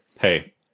Hey